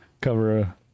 Cover